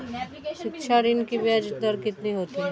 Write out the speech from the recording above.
शिक्षा ऋण की ब्याज दर कितनी होती है?